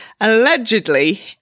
Allegedly